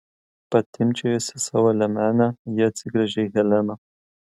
patimpčiojusi savo liemenę ji atsigręžia į heleną